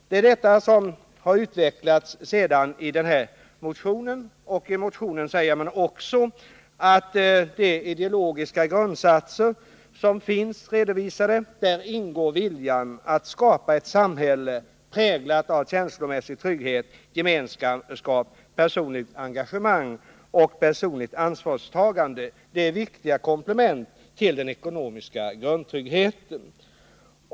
Denna tankegång har utvecklats i motionen, där det också framhålls att i de ideologiska grundsatser som redovisats ingår viljan att skapa ett samhälle, präglat av känslomässig trygghet, gemenskap, personligt engagemang och personligt ansvarstagande. Detta är viktiga komplement till den ekonomiska grundtryggheten.